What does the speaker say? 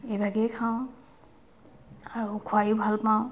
এইভাগেই খাওঁ আৰু খোৱাইয়ো ভালপাওঁ